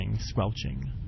Squelching